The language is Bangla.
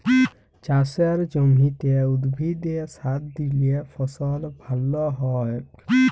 চাসের জমিতে উদ্ভিদে সার দিলে ফসল ভাল হ্য়য়ক